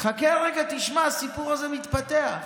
חכה רגע, תשמע, הסיפור הזה מתפתח.